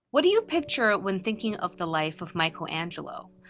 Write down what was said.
what do you picture when thinking of the life of michelangelo?